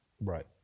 Right